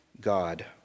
God